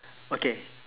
okay